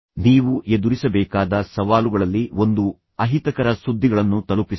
ನೀವು ಎದುರಿಸಬೇಕಾದ ಸವಾಲುಗಳಲ್ಲಿ ಒಂದು ಅಹಿತಕರ ಸುದ್ದಿಗಳನ್ನು ತಲುಪಿಸುವುದು